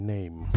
Name